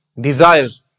desires